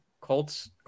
Colts